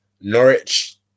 Norwich